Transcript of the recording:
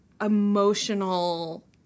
emotional